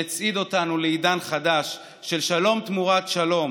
שהצעיד אותנו לעידן חדש של שלום תמורת שלום